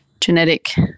genetic